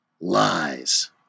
lies